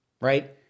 right